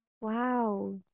Wow